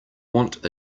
want